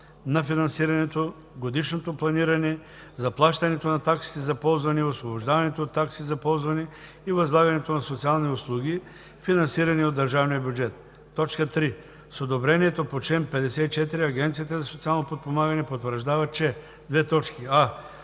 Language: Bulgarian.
на финансирането, годишното планиране, заплащането на таксите за ползване и освобождаването от такси за ползване и възлагането на социални услуги, финансирани от държавния бюджет; 3. с одобрението по чл. 54 Агенцията за социално подпомагане потвърждава, че: